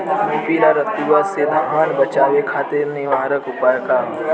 पीला रतुआ से धान बचावे खातिर निवारक उपाय का ह?